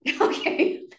Okay